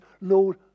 Lord